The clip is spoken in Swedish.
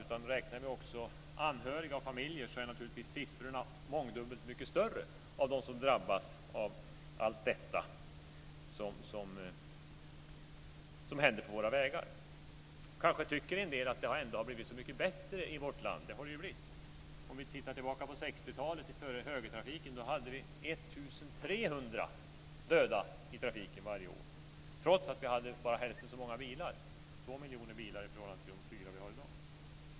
Om vi räknar även anhöriga och familjer så är siffrorna naturligtvis mångdubbelt mycket större när det gäller de människor som drabbas av allt det som händer på våra vägar. En del kanske tycker att det ändå har blivit så mycket i vårt land, och det har det blivit. Om vi ser tillbaka på 60-talet, före högertrafiken, dödades 1 300 i trafiken varje år, trots att vi hade bara hälften så många bilar, nämligen två miljoner bilar, och i dag har vi fyra miljoner bilar.